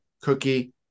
cookie